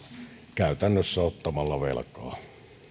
käytännössä ottamalla velkaa